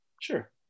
Sure